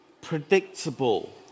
Predictable